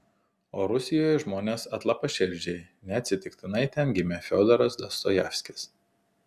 o rusijoje žmonės atlapaširdžiai neatsitiktinai ten gimė fiodoras dostojevskis